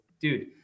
dude